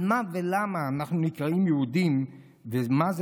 על מה ולמה אנחנו נקראים יהודים ומה זה